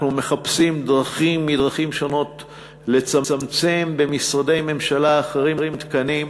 אנחנו מחפשים דרכים מדרכים שונות לצמצם במשרדי ממשלה אחרים תקנים,